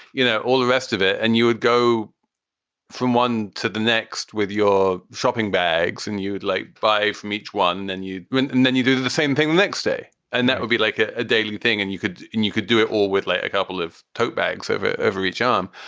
you know, all the rest of it. and you would go from one to the next with your shopping bags and you'd like buy from each one than you. and then you do the the same thing the next day. and that would be like a ah daily thing. and you could and you could do it all with like a couple of tote bags over over each arm.